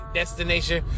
destination